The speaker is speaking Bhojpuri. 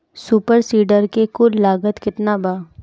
सुपर सीडर के कुल लागत केतना बा?